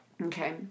Okay